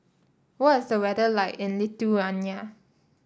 what is the weather like in Lithuania